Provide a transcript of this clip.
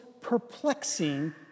perplexing